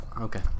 Okay